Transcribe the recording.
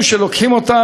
שלהם,